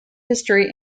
history